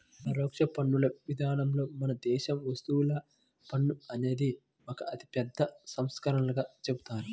పరోక్ష పన్నుల విధానంలో మన దేశంలో వస్తుసేవల పన్ను అనేది ఒక అతిపెద్ద సంస్కరణగా చెబుతారు